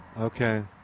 Okay